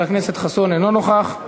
חסון, אינו נוכח.